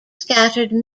scattered